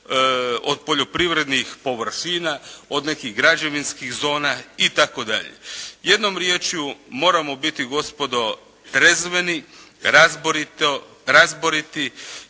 od poljoprivrednih površina, od nekih građevinskih zona itd. Jednom riječju, moramo biti, gospodo, trezveni, razboriti